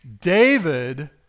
david